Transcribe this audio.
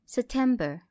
September